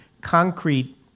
concrete